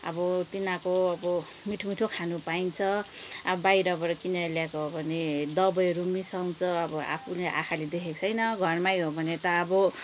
अब तिनीहरूको अब मिठो मिठो खानु पाइन्छ अब बाहिरबाट किनेर ल्याएको हो भने दबाईहरू मिसाउँछ अब आफूले आँखाले देखेको छैन घरमै हो भने त अब